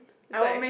is like